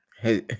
hey